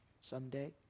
someday